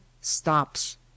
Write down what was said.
stops